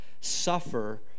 suffer